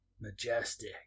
Majestic